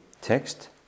text